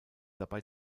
dabei